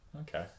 Okay